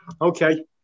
Okay